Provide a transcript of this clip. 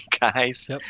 guys